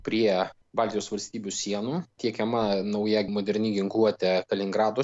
prie baltijos valstybių sienų tiekiama nauja moderni ginkluotė kaliningrado sritis